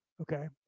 Okay